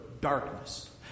darkness